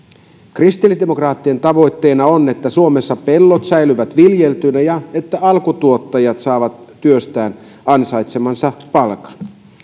kristillisdemokraattien tavoitteena on että suomessa pellot säilyvät viljeltyinä ja että alkutuottajat saavat työstään ansaitsemansa palkan